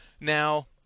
Now